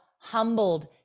humbled